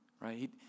Right